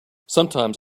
sometimes